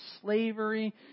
slavery